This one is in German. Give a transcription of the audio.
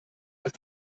dass